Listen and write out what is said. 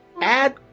add